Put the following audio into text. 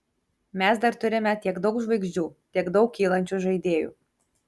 mes dar turime tiek daug žvaigždžių tiek daug kylančių žaidėjų